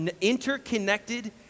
interconnected